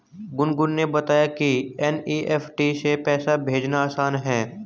गुनगुन ने बताया कि एन.ई.एफ़.टी से पैसा भेजना आसान है